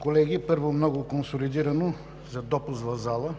Колеги, първо, много консолидирано за допуск в залата